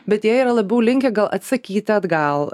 bet jie yra labiau linkę gal atsakyti atgal